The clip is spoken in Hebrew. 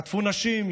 חטפו נשים,